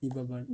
deepava~